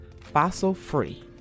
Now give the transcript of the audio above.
fossil-free